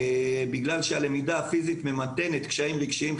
בגלל שהלמידה הפיזית ממתנת קשיים רגשיים,